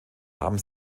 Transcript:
haben